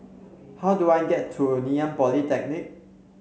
how do I get to Ngee Ann Polytechnic